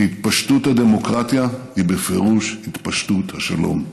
כי התפשטות הדמוקרטיה היא בפירוש התפשטות השלום.